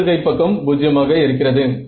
வலது கைப்பக்கம் 0 ஆக இருக்கிறது